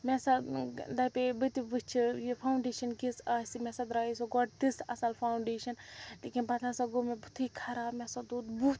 مےٚ ہَسا دَپے بہٕ تہِ وُچھہِ یہِ فانٛوڈیَشن کِژھ آسہِ مےٚ ہَسا درٛایے سۄ گۄڈٕ تِژھ اصٕل فانٛوڈیشَن لیکن پَتہٕ ہَسا گوٚو مےٚ بُتھُے خراب مےٚ ہَسا دوٚد بُتھ